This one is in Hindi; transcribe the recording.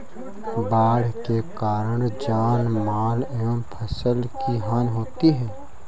बाढ़ के कारण जानमाल एवं फसल की हानि होती है